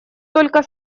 только